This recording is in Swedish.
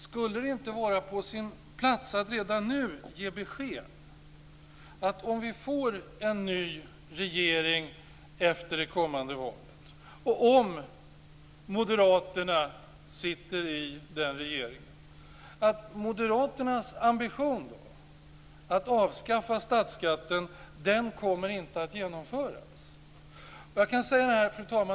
Skulle det inte vara på sin plats nu att ge besked att om vi får en ny regering efter det kommande valet, och om moderaterna sitter i den regeringen, att moderaternas ambition att avskaffa statsskatten inte kommer att genomföras?